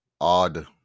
odd